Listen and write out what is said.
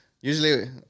usually